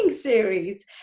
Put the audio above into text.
series